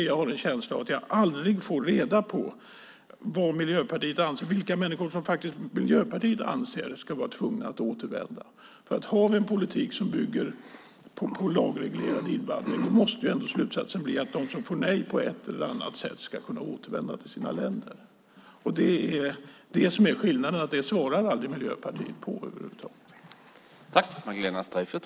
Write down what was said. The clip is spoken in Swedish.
Jag har en känsla av att jag aldrig får reda på vilka människor som Miljöpartiet faktiskt anser ska vara tvungna att återvända. Har vi en politik som bygger på lagreglerad invandring måste ändå slutsatsen bli att de som får nej på ett eller annat sätt ska kunna återvända till sina länder. Miljöpartiet svarar aldrig på det över huvud taget.